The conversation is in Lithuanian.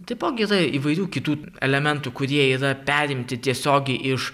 taipogi yra įvairių kitų elementų kurie yra perimti tiesiogiai iš